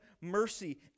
mercy